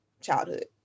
childhood